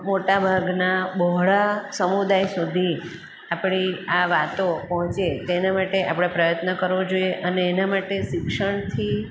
મોટાભાગના બહોળા સમુદાય સુધી આપણી આ વાતો પહોંચે તેના માટે આપણે પ્રયત્ન કરવો જોઈએ અને એના માટે શિક્ષણથી